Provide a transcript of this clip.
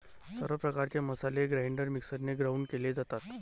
सर्व प्रकारचे मसाले ग्राइंडर मिक्सरने ग्राउंड केले जातात